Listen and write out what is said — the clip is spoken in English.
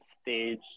stage